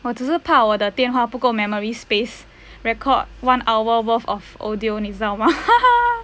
我只是怕我的电话不够 memory space record one hour worth of audio 你知道吗哈哈